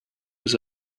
was